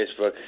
Facebook